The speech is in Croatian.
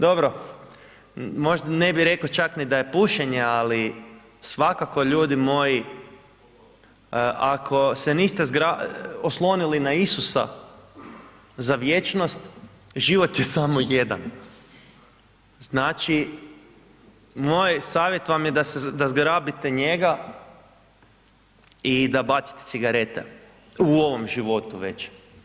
Dobro, možda ne bi rekao čak ni da je pušenje, ali svakako ljudi moji ako se niste oslonili na Isusa za vječnost, život je samo jedan, znači moj savjet vam je da zgrabite njega i da bacite cigarete u ovom životu već.